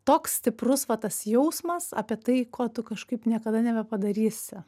toks stiprus va tas jausmas apie tai ko tu kažkaip niekada nebepadarysi